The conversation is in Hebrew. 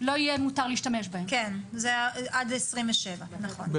זה לגבי